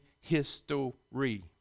history